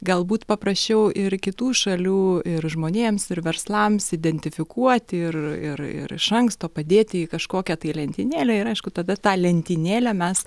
galbūt paprasčiau ir kitų šalių ir žmonėms ir verslams identifikuoti ir ir ir iš anksto padėti į kažkokią tai lentynėlę ir aišku tada tą lentynėlę mes